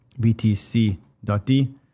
BTC.D